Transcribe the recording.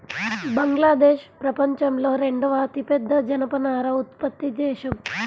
బంగ్లాదేశ్ ప్రపంచంలో రెండవ అతిపెద్ద జనపనార ఉత్పత్తి దేశం